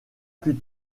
plus